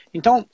Então